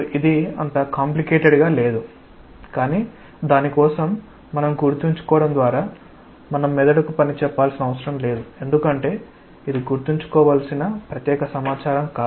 ఇది అంత కాంప్లికేటెడ్ గా లేదు కానీ దాని కోసం మనం గుర్తుంచుకోవడం ద్వారా మన మెదడుకు పని చెప్పాల్సిన అవసరం లేదు ఎందుకంటే ఇది గుర్తుంచుకోవలసిన ప్రత్యేక సమాచారం కాదు